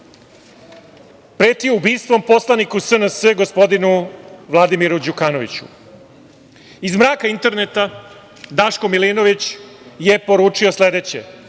pretio ubistvom poslaniku SNS gospodinu Vladimiru Đukanoviću. Iz mraka interneta Daško Milinović je poručio sledeće,